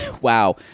wow